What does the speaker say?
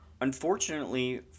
unfortunately